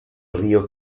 río